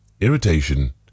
irritation